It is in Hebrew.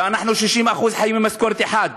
ו-60% אצלנו חיים ממשכורת אחת.